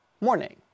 morning